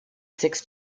six